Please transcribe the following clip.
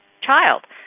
child